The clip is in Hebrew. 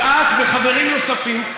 אבל את וחברים נוספים,